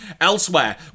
Elsewhere